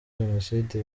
jenoside